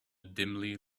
dimly